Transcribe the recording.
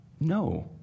No